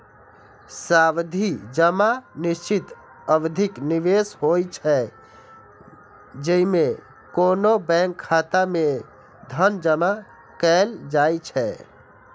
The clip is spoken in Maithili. सावधि जमा निश्चित अवधिक निवेश होइ छै, जेइमे कोनो बैंक खाता मे धन जमा कैल जाइ छै